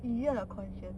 easier on your conscience